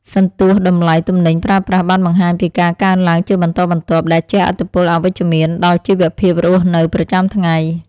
សន្ទស្សន៍តម្លៃទំនិញប្រើប្រាស់បានបង្ហាញពីការកើនឡើងជាបន្តបន្ទាប់ដែលជះឥទ្ធិពលអវិជ្ជមានដល់ជីវភាពរស់នៅប្រចាំថ្ងៃ។